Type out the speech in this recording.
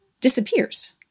disappears